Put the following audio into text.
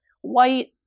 white